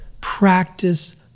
practice